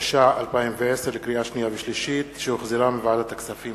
התש"ע 2010, שהחזירה ועדת הכספים.